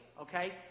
Okay